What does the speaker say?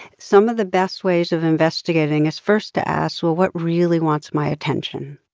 some of the best ways of investigating is first to ask, well, what really wants my attention?